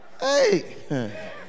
Hey